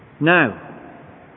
Now